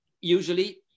usually